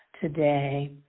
today